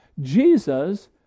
Jesus